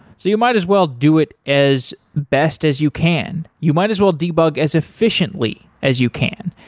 so you might as well do it as best as you can. you might as well debug as efficiently as you can.